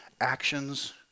actions